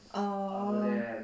orh